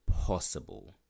possible